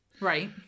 Right